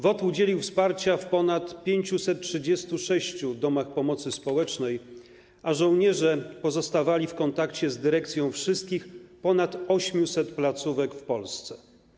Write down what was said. WOT udzieliły wsparcia w ponad 536 domach pomocy społecznej, a żołnierze pozostawali w kontakcie z dyrekcją wszystkich ponad 800 placówek w Polsce.